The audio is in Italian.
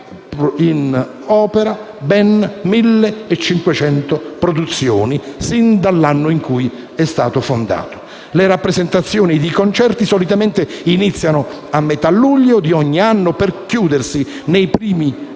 in scena ben 1.500 produzioni, sin dall'anno in cui è stato fondato. Le rappresentazioni ed i concerti solitamente iniziano a metà luglio di ogni anno per chiudersi nei primi